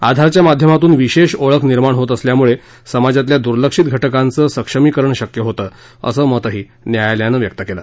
आधारच्या माध्यमातून विशेष आेळख निर्माण होत असल्यामुळे समाजातल्या दुर्लक्षित घटकांचं सक्षमीकरण शक्य होतं असं मत न्यायालयानं व्यक्त केलं